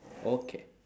okay